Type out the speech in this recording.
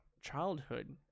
childhood